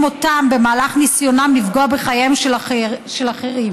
את מותם במהלך ניסיונם לפגוע בחייהם של אחרים,